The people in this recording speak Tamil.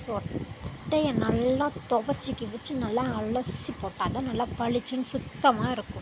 ஸோ சட்டையை நல்லா தொவச்சு கிவச்சு நல்லா அலசி போட்டால் தான் நல்லா பளிச்சின்னு சுத்தமாக இருக்கும்